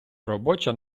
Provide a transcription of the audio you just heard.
робоча